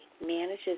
manages